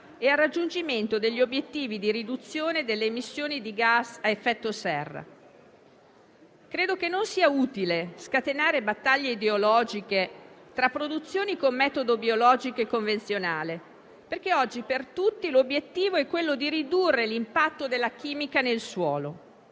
e al raggiungimento degli obiettivi di riduzione delle emissioni di gas a effetto serra. Credo che non sia utile scatenare battaglie ideologiche tra produzioni con metodo biologico e convenzionale, perché oggi per tutti l'obiettivo è ridurre l'impatto della chimica nel suolo.